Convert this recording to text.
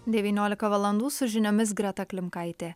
devyniolika valandų su žiniomis greta klimkaitė